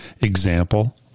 example